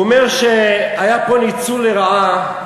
הוא אומר שהיה פה ניצול לרעה,